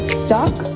stuck